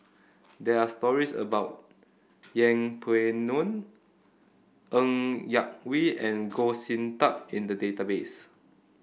there are stories about Yeng Pway Ngon Ng Yak Whee and Goh Sin Tub in the database